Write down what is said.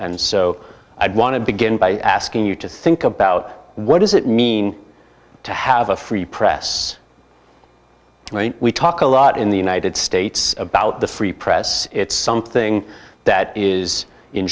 and so i want to begin by asking you to think about what does it mean to have a free press i mean we talk a lot in the united states about the free press it's something that is in